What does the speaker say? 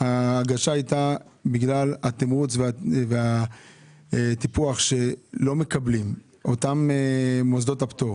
ההגשה הייתה בגלל התמרוץ והטיפוח שלא מקבלים אותם מוסדות הפטור